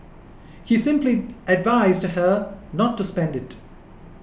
he simply advised her not to spend it